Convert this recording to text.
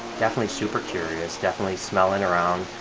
definitely super curious, definitely smelling around,